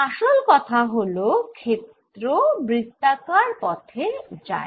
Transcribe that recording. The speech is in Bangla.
আসল কথা হল ক্ষেত্র বৃত্তাকার পথে যায়